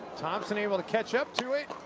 thompson able to catch up to